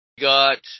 Got